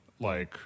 -like